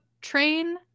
train